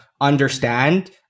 understand